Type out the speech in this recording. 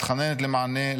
מתחננת למענה,